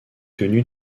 tenu